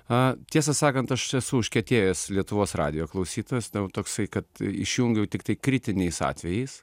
a tiesą sakant aš esu užkietėjęs lietuvos radijo klausytojas toksai kad išjungiau tiktai kritiniais atvejais